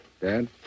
Dad